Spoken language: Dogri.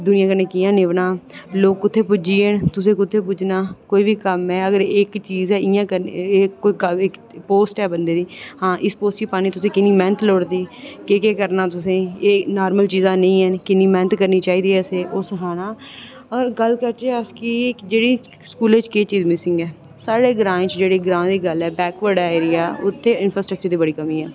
दूएं कन्नै कियां निभना लोक कुत्थै पुज्जी गे तुसें कुत्थै पुज्जना कोई बी कम्म ऐ अगर इक्क चीज़ जियां पोस्ट ऐ इक बंदे दी ते इस पोस्ट लेई किन्नी मैह्नत लोड़दी केह् केह् करना तुसें एह् नॉर्मल चीज़ां नेईं हैन ते किन्नी मैह्नत करनी चाहिदी ओह् सखाना होर गल्ल करचै कि अस जेह्ड़ी स्कूलै च केह् चीज़ मिसिंग ऐ साढ़े ग्रांऽ दी जेह्ड़ी गल्ल ऐ बैकवर्ड एरिया उत्थै इंफ्रास्टक्चर दी बड़ी कमी ऐ